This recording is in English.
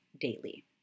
daily